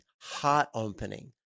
heart-opening